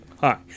hi